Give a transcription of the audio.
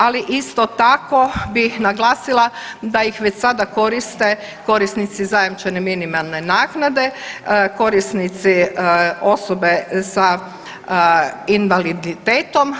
Ali isto tako bih naglasila da ih već sada koriste korisnici zajamčene minimalne naknade, korisnici osobe sa invaliditetom.